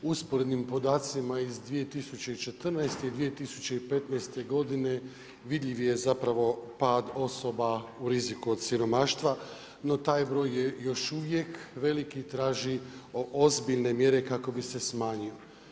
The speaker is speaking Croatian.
Usporednim podacima iz 2014. i 2015. vidljiv je zapravo pad osoba u riziku od siromaštva, no taj broj je još uvijek veliki i traži ozbiljne mjere, kako bi se smanjilo.